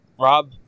Rob